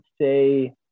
say